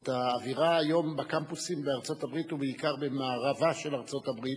את האווירה היום בקמפוסים בארצות-הברית ובעיקר במערבה של ארצות-הברית,